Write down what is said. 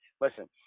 listen